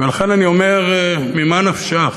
ולכן אני אומר: ממה נפשך?